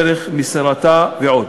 דרך מסירתה ועוד.